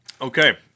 Okay